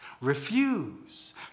refuse